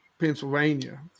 pennsylvania